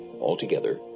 Altogether